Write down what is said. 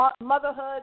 motherhood